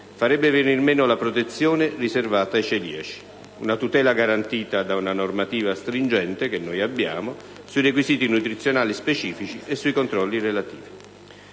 farebbero venir meno la protezione riservata ai celiaci, una tutela garantita da una stringente normativa sui requisiti nutrizionali specifici e sui controlli relativi.